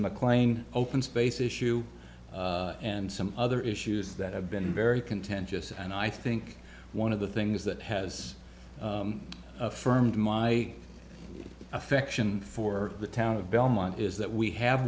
mclean open space issue and some other issues that have been very contentious and i think one of the things that has affirmed my affection for the town of belmont is that we have